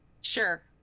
Sure